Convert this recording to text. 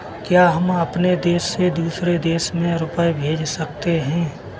क्या हम अपने देश से दूसरे देश में रुपये भेज सकते हैं?